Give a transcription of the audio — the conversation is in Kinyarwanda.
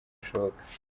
ashoboka